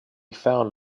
found